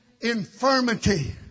infirmity